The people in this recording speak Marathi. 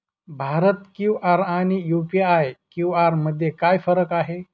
भारत क्यू.आर आणि यू.पी.आय क्यू.आर मध्ये काय फरक आहे?